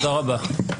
תודה רבה.